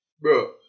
bro